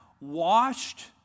Washed